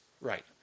Right